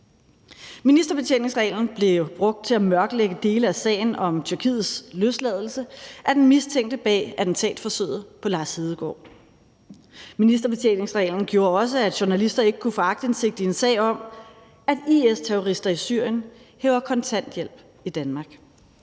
Ministerbetjeningsreglen blev brugt til at mørklægge dele af sagen om Tyrkiets løsladelse af den mistænkte bag attentatforsøget på Lars Hedegaard. Ministerbetjeningsreglen gjorde også, at journalister ikke kunne få aktindsigt i en sag om, at IS-terrorister i Syrien hæver kontanthjælp i Danmark.